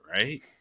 right